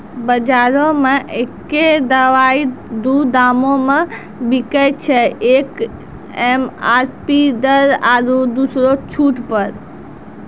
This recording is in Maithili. बजारो मे एक्कै दवाइ दू दामो मे बिकैय छै, एक एम.आर.पी दर आरु दोसरो छूट पर